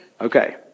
Okay